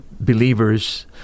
believers